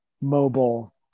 mobile